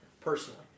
personally